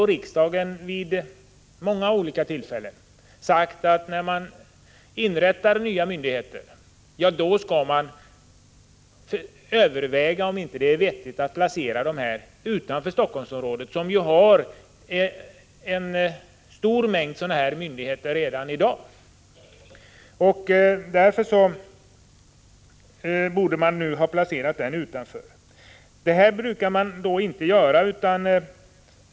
Riksdagen har vid många olika tillfällen sagt att när man inrättar nya myndigheter skall man överväga att placera dem utanför Helsingforssområdet, som redan har en stor mängd myndigheter. Man borde ha placerat denna myndighet utanför Helsingfors, men så gör man inte.